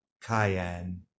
cayenne